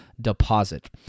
deposit